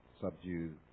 subdue